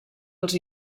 als